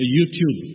YouTube